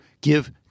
give